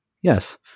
Yes